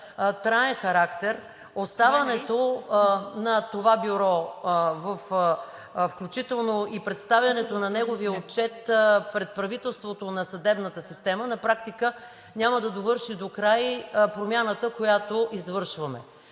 траен характер, оставането на това бюро, включително и представянето на неговия отчет пред правителството на съдебната система, на практика няма да довърши докрай промяната, която извършваме.